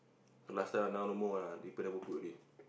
last time lah now no more lah people never put already